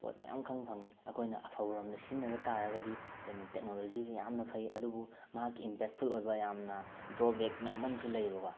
ꯄꯣꯠ ꯃꯌꯥꯝ ꯈꯪꯕ ꯐꯪꯏ ꯑꯩꯈꯣꯏꯅ ꯑꯐꯕ ꯔꯣꯝꯗ ꯁꯤꯖꯤꯟꯅꯕ ꯇꯥꯔꯒꯗꯤ ꯑꯩꯈꯣꯏꯅ ꯇꯦꯛꯅꯣꯂꯣꯖꯤꯁꯤ ꯌꯥꯝꯅ ꯐꯩ ꯑꯗꯨꯕꯨ ꯃꯍꯥꯛꯀꯤ ꯏꯟꯕꯦꯛꯐꯨꯜ ꯑꯣꯏꯕ ꯌꯥꯝꯅ ꯗ꯭ꯔꯣꯕꯦꯛ ꯃꯌꯥꯝ ꯑꯃꯁꯨ ꯂꯩꯑꯦꯕꯀꯣ